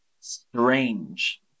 strange